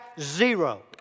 zero